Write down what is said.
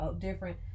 different